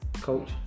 Coach